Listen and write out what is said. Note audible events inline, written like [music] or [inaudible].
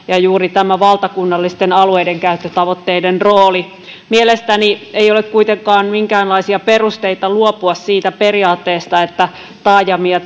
[unintelligible] ja juuri valtakunnallisten alueidenkäyttötavoitteiden rooli mielestäni ei ole kuitenkaan minkäänlaisia perusteita luopua siitä periaatteesta että taajamia [unintelligible]